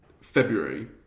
February